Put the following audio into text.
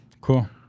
cool